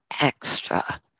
extra